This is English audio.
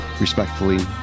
respectfully